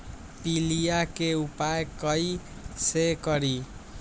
पीलिया के उपाय कई से करी?